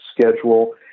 schedule